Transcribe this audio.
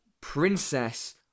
princess